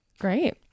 great